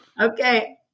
Okay